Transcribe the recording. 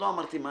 עם